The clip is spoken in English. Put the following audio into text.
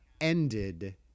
ended